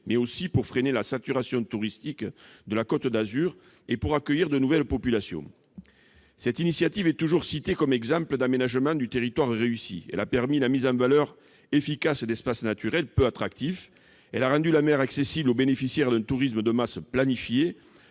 mais aussi à freiner la saturation touristique de la Côte d'Azur et à accueillir de nouvelles populations. Cette initiative est toujours citée comme exemple d'aménagement du territoire réussi, puisqu'elle a permis la mise en valeur efficace d'espaces naturels peu attractifs et a rendu la mer accessible aux bénéficiaires d'un tourisme de masse planifié,